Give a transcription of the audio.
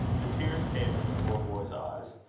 the tears came in the poor boy's eyes.